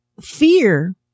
fear